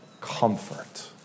comfort